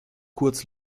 kurz